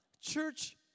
Church